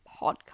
podcast